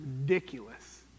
ridiculous